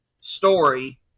story